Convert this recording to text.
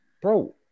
bro